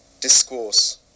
discourse